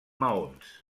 maons